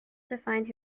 define